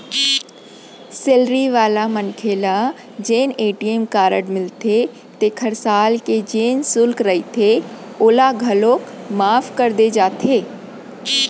salary वाला मनखे ल जेन ए.टी.एम कारड मिलथे तेखर साल के जेन सुल्क रहिथे ओला घलौक माफ कर दे जाथे